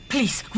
Please